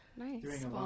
Nice